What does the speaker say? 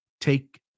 take